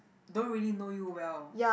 don't really know you well